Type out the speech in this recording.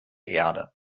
erde